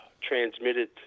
transmitted